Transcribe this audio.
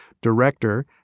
Director